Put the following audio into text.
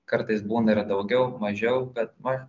kartais būna ir daugiau mažiau bet man